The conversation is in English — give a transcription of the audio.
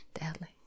deadly